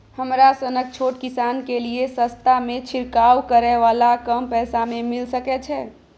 हमरा सनक छोट किसान के लिए सस्ता में छिरकाव करै वाला कम पैसा में मिल सकै छै?